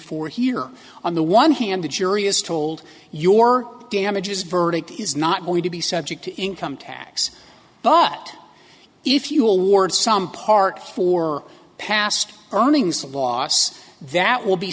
for here on the one hand the jury is told your damages verdict is not going to be subject to income tax but if you award some part for past earnings a loss that will be